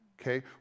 Okay